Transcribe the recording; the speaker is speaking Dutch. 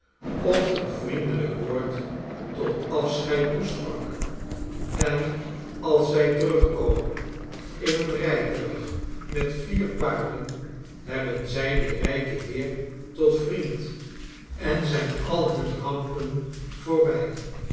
of een vriendelijk woord tot afscheid toesprak en als zij terugkomen in een rijtuig met vier paarden hebben zij dien rijken heer tot vriend en zijn al hunne rampen voorbij